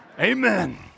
Amen